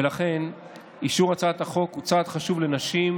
ולכן אישור הצעת החוק הוא צעד חשוב לנשים,